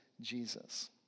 Jesus